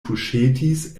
tuŝetis